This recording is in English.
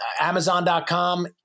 amazon.com